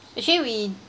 actually we